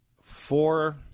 four